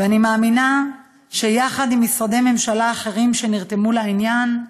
ואני מאמינה שיחד עם משרדי ממשלה אחרים שנרתמו לעניין,